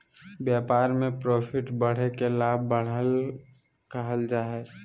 व्यापार में प्रॉफिट बढ़े के लाभ, बढ़त कहल जा हइ